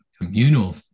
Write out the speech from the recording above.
communal